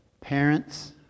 parents